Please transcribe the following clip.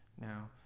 Now